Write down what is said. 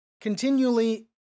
continually